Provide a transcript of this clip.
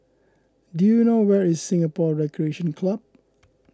do you know where is Singapore Recreation Club